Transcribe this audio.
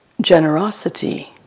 Generosity